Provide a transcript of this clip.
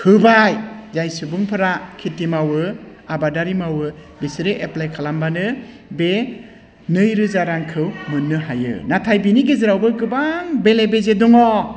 होबाय जाय सुबुंफ्रा खेथि मावो आबादारि मावो बिसोरो एप्लाइ खालामबानो बे नैरोजा रांखौ मोननो हायो नाथाय बिनि गेजेरावबो गोबां बेले बेजे दङ